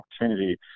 opportunity